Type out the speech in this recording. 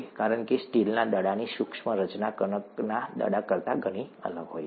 કારણ કે સ્ટીલના દડાની સૂક્ષ્મ રચના કણકના દડા કરતા ઘણી અલગ હોય છે